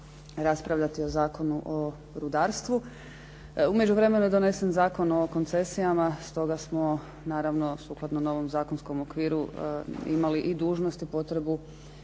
raspravljati o Zakonu o rudarstvu. U međuvremenu je donesen Zakon o koncesijama stoga smo naravno novom zakonskom okviru imali i dužnost i potrebu